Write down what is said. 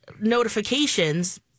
notifications